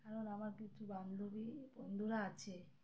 কারণ আমার কিছু বান্ধবী বন্ধুরা আছে